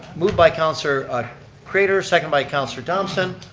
moved by councilor craitor, seconded by councilor thomson.